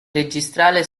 registrare